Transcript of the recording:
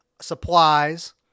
supplies